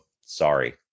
sorry